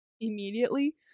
immediately